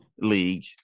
league